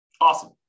Awesome